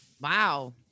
Wow